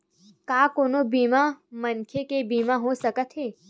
का कोनो बीमार मनखे के बीमा हो सकत हे?